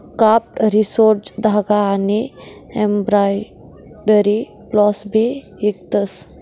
craft resources धागा आनी embroidery floss भी इकतस